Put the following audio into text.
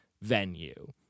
venue